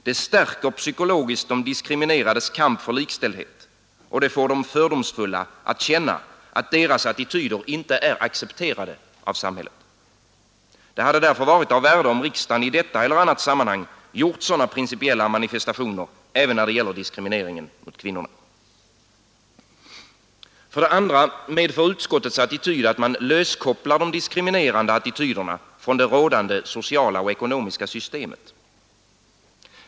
Det stärker psykologiskt de diskriminerades kamp för likställdhet, och det får de fördomsfulla att känna att deras attityder inte är accepterade av samhället. Det hade därför varit av värde om riksdagen i detta eller annat sammanhang gjort sådana principiella manifestationer även när det gäller diskrimineringen av kvinnorna. För det andra medför utskottets resonemang att man löskopplar de diskriminerande attityderna från det rådande sociala och ekonomiska systemet.